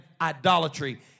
idolatry